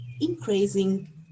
increasing